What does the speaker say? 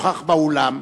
נוכח באולם,